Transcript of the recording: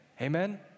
Amen